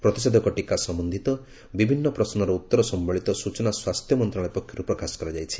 ପ୍ରତିଷେଧକ ଟୀକା ସମ୍ଭନ୍ଧୀୟ ବିଭିନ୍ନ ପ୍ରଶ୍ୱର ଉତ୍ତର ସମ୍ଭଳିତ ସ୍ବଚନା ସ୍ୱାସ୍ଥ୍ୟ ମନ୍ତ୍ରଣାଳୟ ପକ୍ଷରୁ ପ୍ରକାଶ କରାଯାଇଛି